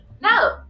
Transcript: No